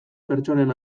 pertsonen